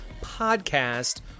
Podcast